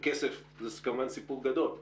וכסף זה כמובן סיפור גדול,